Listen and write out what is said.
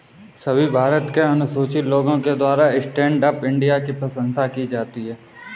सभी भारत के अनुसूचित लोगों के द्वारा स्टैण्ड अप इंडिया की प्रशंसा की जाती है